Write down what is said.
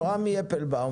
ד"ר עמי אפלבאום,